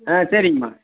ஆ சரிங்கம்மா